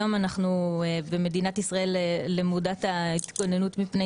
אנחנו במדינת ישראל למודת ההתגוננות מפני